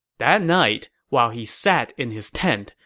that night, while he sat in his tent,